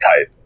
type